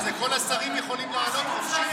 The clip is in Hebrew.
מה זה, כל השרים יכולים לעלות חופשי?